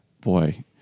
boy